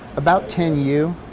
about ten u.